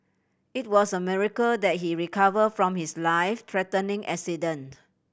it was a miracle that he recovered from his life threatening accident